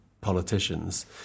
politicians